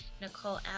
Nicole